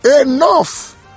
enough